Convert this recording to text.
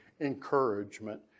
Encouragement